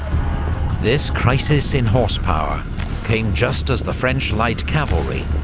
this crisis in horsepower came just as the french light cavalry,